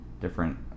different